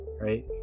right